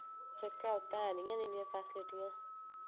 जेह्का उत्त है निं ऐ इन्नियां फैसिलिटियां